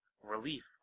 relief